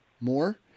more